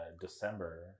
December